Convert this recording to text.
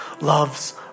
loves